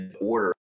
order